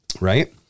Right